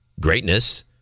greatness